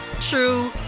true